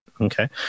Okay